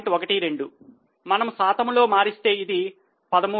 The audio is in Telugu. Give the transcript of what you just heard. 12 మనము శాతములు మారిస్తే ఇది 13